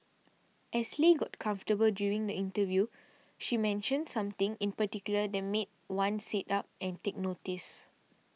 as Lee got comfortable during the interview she mentioned something in particular that made one sit up and take notice